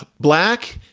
ah black,